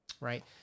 right